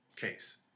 case